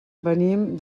venim